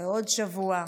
בעוד שבוע,